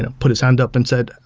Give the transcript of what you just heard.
and put his hand up and said,